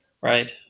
Right